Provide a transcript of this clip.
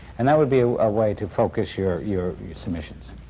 and that would be a way to focus your your submissions.